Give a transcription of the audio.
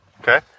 Okay